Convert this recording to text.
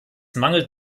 mangelt